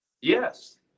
Yes